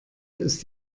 ist